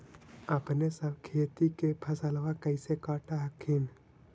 अपने सब खेती के फसलबा कैसे काट हखिन?